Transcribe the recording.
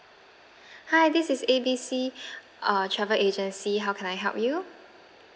hi this is A B C uh travel agency how can I help you